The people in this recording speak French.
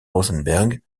rosenberg